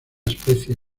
especie